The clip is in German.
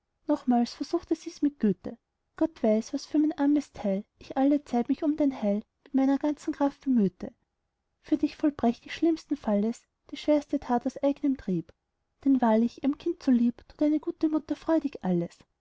nochmals versuchte sie's mit güte gott weiß daß für mein armes teil ich allezeit mich um dein heil mit meiner ganzen kraft bemühte für dich vollbrächt ich schlimmsten falles die schwerste tat aus eignem trieb denn wahrlich ihrem kind zulieb tut eine mutter freudig alles